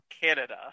Canada